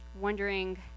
wondering